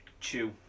chew